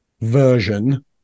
version